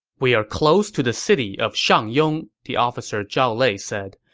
we are close to the city of shangyong, the officer zhao lei said.